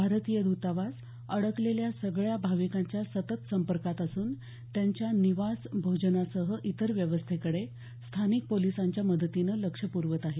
भारतीय द्तावास अडकलेल्या सगळ्या भाविकांच्या सतत संपर्कात असून त्यांच्या निवास भोजनासह इतर व्यवस्थेकडे स्थानिक पोलिसांच्या मदतीनं लक्ष पुरवत आहे